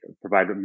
provide